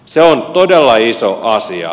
se on todella iso asia